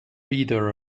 either